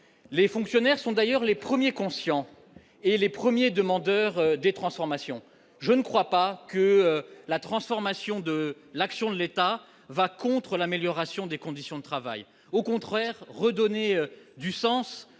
les fonctionnaires sont d'ailleurs les premiers conscient et les premiers demandeurs des transformations, je ne crois pas que la transformation de l'action de l'État va contre l'amélioration des conditions de travail au contraire redonner du sens